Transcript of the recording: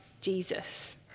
Jesus